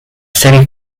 serie